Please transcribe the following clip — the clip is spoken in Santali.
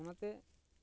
ᱚᱱᱟ ᱛᱮ